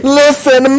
listen